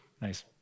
Nice